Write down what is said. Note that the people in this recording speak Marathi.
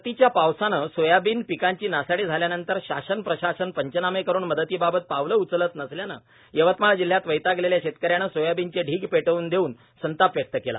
परतीच्या पावसाने सोयाबीन पिकाची नासाडी झाल्यानंतर शासन प्रशासन पंचनामे करून मदतीबाबत पावलं उचलत नसल्याने यवतमाळ जिल्ह्यात वैतागलेल्या शेतकऱ्याने सोयाबीनचे ढीग पेट्उन देत संताप व्यक्त केला